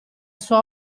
sua